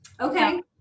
Okay